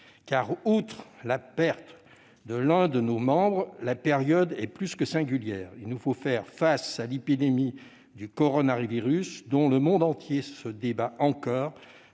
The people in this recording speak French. Car, outre la perte de l'un de nos membres, la période est plus que singulière : il nous faut faire face à l'épidémie du coronavirus dans laquelle le monde entier se débat encore,